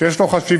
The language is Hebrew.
שיש לו חשיבות,